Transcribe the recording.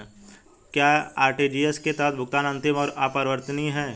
क्या आर.टी.जी.एस के तहत भुगतान अंतिम और अपरिवर्तनीय है?